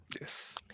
yes